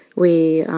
we